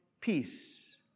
peace